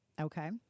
Okay